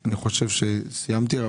אני חושב שסיימתי.